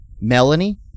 Melanie